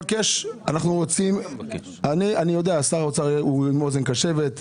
שר האוצר הוא עם אוזן קשבת.